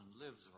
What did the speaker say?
lives